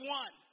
one